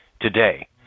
today